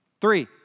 Three